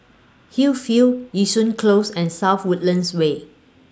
Hillview Yishun Close and South Woodlands Way